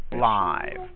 live